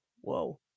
Whoa